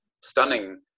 stunning